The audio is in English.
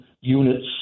units